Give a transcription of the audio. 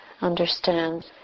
understand